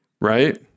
Right